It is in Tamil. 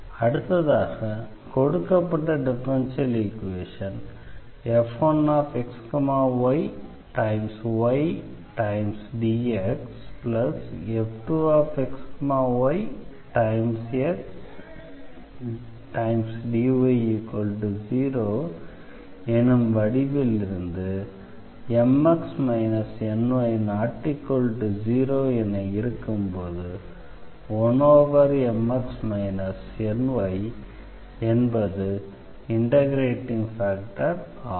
அடுத்ததாக கொடுக்கப்பட்ட டிஃபரன்ஷியல் ஈக்வேஷன் f1xyydxf2xyxdy0 எனும் வடிவில் இருந்து Mx Ny ≠ 0 என இருக்கும்போது 1Mx Ny என்பது இண்டெக்ரேட்டிங் ஃபேக்டர் ஆகும்